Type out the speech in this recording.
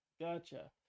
Gotcha